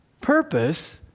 Purpose